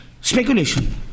speculation